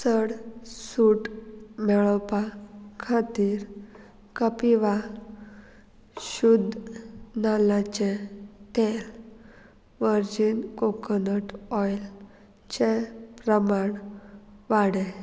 चड सूट मेळोवपा खातीर कपिवा शुध्द नाल्लाचें तेल वर्जीन कोकोनट ऑयलचें प्रमाण वाडय